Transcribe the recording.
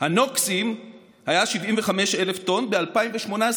פליטת הנוקסים הייתה 75,000 טון ב-2014